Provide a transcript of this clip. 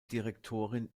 direktorin